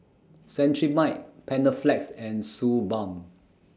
Cetrimide Panaflex and Suu Balm